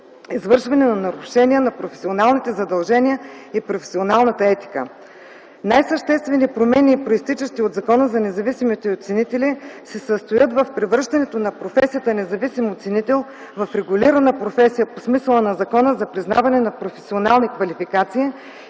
извършване на нарушения на професионалните задължения и професионалната етика. Най-съществените промени, произтичащи от Закона за независимите оценители, се състоят в превръщането на професията независим оценител в регулирана професия по смисъла на Закона за признаване на професионални квалификации